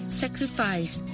sacrifice